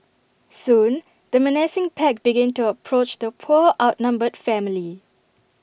soon the menacing pack began to approach the poor outnumbered family